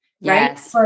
right